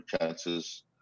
chances